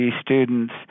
students